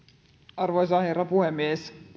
arvoisa herra puhemies